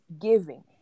giving